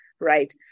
right